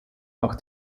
nach